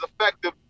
effective